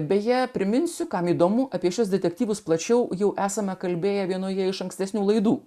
beje priminsiu kam įdomu apie šiuos detektyvus plačiau jau esame kalbėję vienoje iš ankstesnių laidų